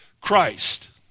Christ